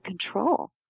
control